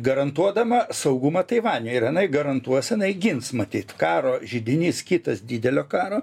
garantuodama saugumą taivane ir inai garantuos inai gins matyt karo židinys kitas didelio karo